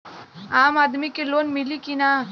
आम आदमी के लोन मिली कि ना?